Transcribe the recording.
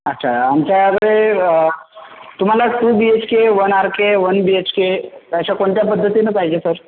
अच्छा आमच्याकडे तुम्हाला two BHK one RK one BHK अशा कोणत्या पद्धतीनं पाहिजे सर